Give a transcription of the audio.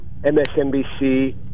MSNBC